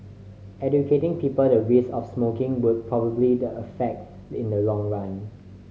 educating people the risk of smoking would probably the affect in the long run